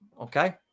okay